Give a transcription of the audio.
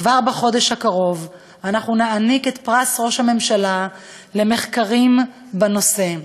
כבר בחודש הקרוב נעניק את פרס ראש הממשלה למחקרים בנושא.